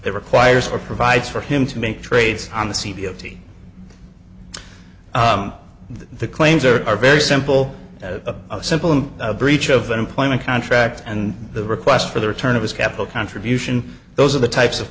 that requires or provides for him to make trades on the c b o t the claims are are very simple a simple in breach of an employment contract and the request for the return of his capital contribution those are the types of